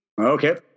Okay